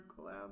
collab